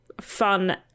fun